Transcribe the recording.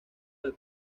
del